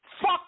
Fuck